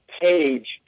page